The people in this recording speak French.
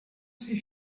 ces